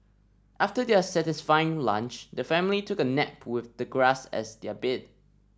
after their satisfying lunch the family took a nap with the grass as their bed